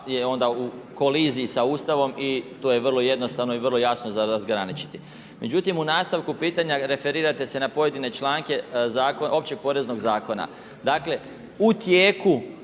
je u koliziji s Ustavom i tu je vrlo jednostavno i vrlo jasno za razgraničiti. Međutim u nastavku pitanja referirate se na pojedine članke općeg poreznog zakona. Dakle u tijeku